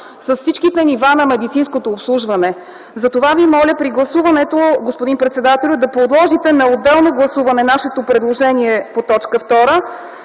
с всичките нива на медицинското обслужване. Затова ви моля, при гласуването, господин председателю, да подложите на отделно гласуване нашето предложение по т. 2, като